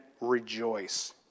rejoice